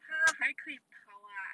它还可以跑 [what]